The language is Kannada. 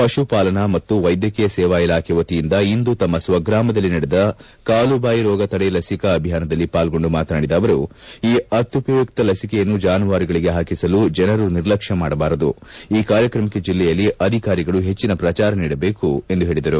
ಪಶು ಪಾಲನಾ ಮತ್ತು ವೈದ್ಯಕೀಯ ಸೇವಾ ಇಲಾಖೆ ವತಿಯಿಂದ ಇಂದು ತಮ್ಮ ಸ್ವಗ್ರಾಮದಲ್ಲಿ ನಡೆದ ಕಾಲುಬಾಯಿ ರೋಗ ತಡೆ ಲಸಿಕಾ ಅಭಿಯಾನದಲ್ಲಿ ಪಾಲ್ಗೊಂಡು ಮಾತನಾಡಿದ ಅವರು ಈ ಅತ್ಯುಪಯುಕ್ತ ಲಿಸಿಕೆಯನ್ನು ಜಾನುವಾರುಗಳಿಗೆ ಹಾಕಿಸಲು ಜನರು ನಿರ್ಲಕ್ಷ ಮಾಡಬಾರದು ಈ ಕಾರ್ಯಕ್ರಮಕ್ಕೆ ಜಿಲ್ಲೆಯಲ್ಲಿ ಅಧಿಕಾರಿಗಳು ಹೆಚ್ಚಿನ ಪ್ರಚಾರ ನೀಡಬೇಕು ಎಂದು ಹೇಳಿದರು